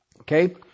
Okay